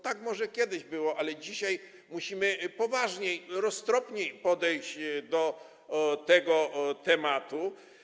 Tak może kiedyś było, ale dzisiaj musimy poważniej, roztropniej podejść do tego tematu.